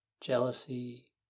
jealousy